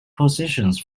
positions